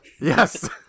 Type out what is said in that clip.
Yes